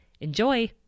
Enjoy